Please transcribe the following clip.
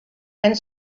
and